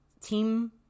Team